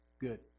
Good